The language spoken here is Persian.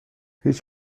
هیچ